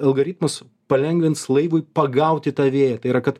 algaritmas palengvins laivui pagauti tą vėją tai yra kad